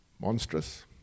Monstrous